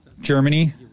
Germany